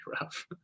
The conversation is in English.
rough